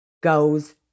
goes